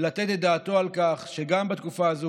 לתת את דעתו על כך שגם בתקופה הזאת,